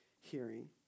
hearing